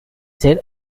ser